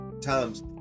times